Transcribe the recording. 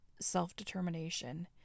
self-determination